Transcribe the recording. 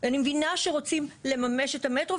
אני מבינה שרוצים לממש את המטרו.